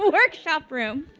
workshop room.